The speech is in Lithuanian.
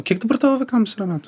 kiek dabar tavo vaikams yra metų